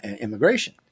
Immigration